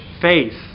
faith